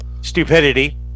Stupidity